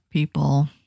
People